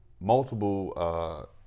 multiple